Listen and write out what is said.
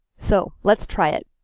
so, let's try it.